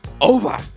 over